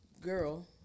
girl